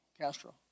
Castro